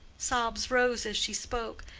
sobs rose as she spoke.